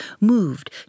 moved